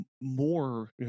more